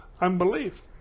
unbelief